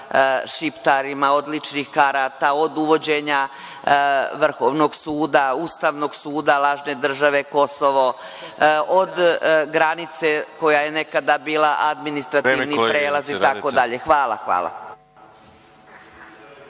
Šiptarima, od ličnih karata, od uvođenja Vrhovnog suda, Ustavnog suda, lažne države Kosovo, od granice koja je nekada bila administrativni prelaz itd. Hvala.